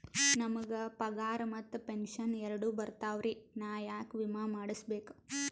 ನಮ್ ಗ ಪಗಾರ ಮತ್ತ ಪೆಂಶನ್ ಎರಡೂ ಬರ್ತಾವರಿ, ನಾ ಯಾಕ ವಿಮಾ ಮಾಡಸ್ಬೇಕ?